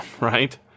Right